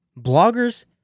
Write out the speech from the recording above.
Bloggers